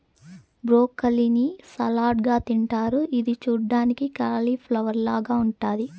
broccoli ని salad గా తింటారు ఇది చూడ్డానికి కాలిఫ్లవర్ లాగ ఉంటాది